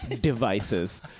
devices